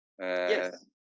Yes